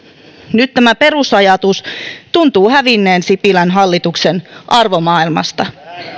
nyt tämä perusajatus tuntuu hävinneen sipilän hallituksen arvomaailmasta